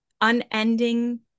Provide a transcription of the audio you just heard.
unending